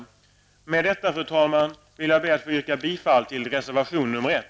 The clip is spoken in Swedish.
Med detta, fru talman, yrkar jag bifall till reservation nr 1.